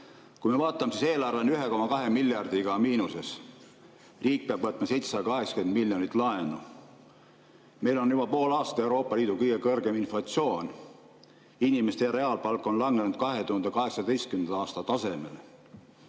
Kui me vaatame, siis eelarve on 1,2 miljardiga miinuses, riik peab võtma 780 miljonit laenu. Meil on juba pool aastat Euroopa Liidu kõige kõrgem inflatsioon, inimeste reaalpalk on langenud 2018. aasta tasemele.